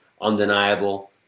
undeniable